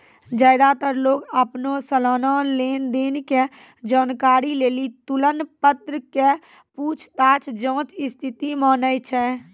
ज्यादातर लोग अपनो सलाना लेन देन के जानकारी लेली तुलन पत्र के पूछताछ जांच स्थिति मानै छै